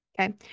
Okay